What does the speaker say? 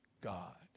God